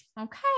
okay